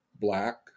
black